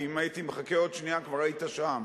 כי אם הייתי מחכה עוד שנייה כבר היית שם.